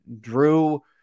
drew